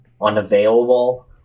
unavailable